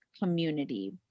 community